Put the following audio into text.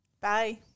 Bye